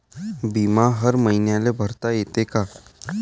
बिमा हर मईन्याले भरता येते का?